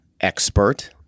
expert